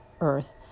earth